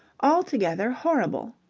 altogether horrible.